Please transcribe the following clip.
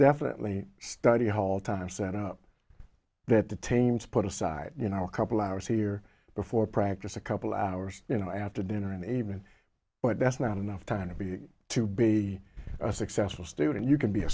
me study hall time set up that detains put aside you know a couple hours here before practice a couple hours you know after dinner and even but that's not enough time to be to be a successful student you can be a